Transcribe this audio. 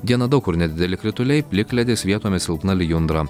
dieną daug kur nedideli krituliai plikledis vietomis silpna lijundra